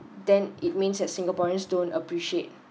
then it means that singaporeans don't appreciate